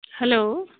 hello